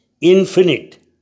infinite